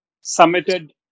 submitted